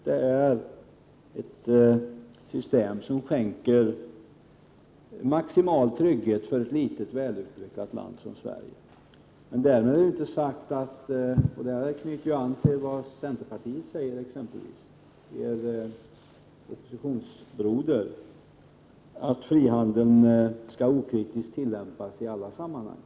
Det är ett system som skänker maximal trygghet för ett litet, välutvecklat land som Sverige. Därmed inte sagt att — och där knyter jag an till vad centerpartiet, er oppositionsbroder, säger — frihandeln okritiskt skall tillämpas i alla sammanhang.